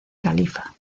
califa